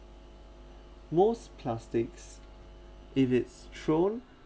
most plastics if it's thrown